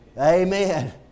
Amen